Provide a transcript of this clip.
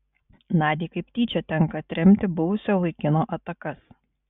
nadiai kaip tyčia tenka atremti buvusio vaikino atakas